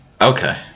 Okay